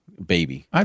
baby